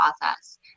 process